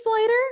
later